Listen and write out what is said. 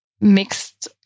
mixed